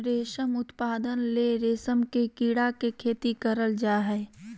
रेशम उत्पादन ले रेशम के कीड़ा के खेती करल जा हइ